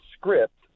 script